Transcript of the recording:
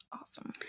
Awesome